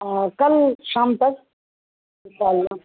ہاں کل شام تک انشاء اللہ